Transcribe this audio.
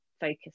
focus